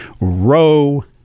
row